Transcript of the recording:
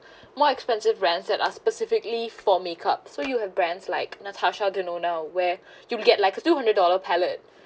more expensive brands that are specifically for makeup so you have brands like natasha denona where you will get like a two hundred dollar palette